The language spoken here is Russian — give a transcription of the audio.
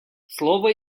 слово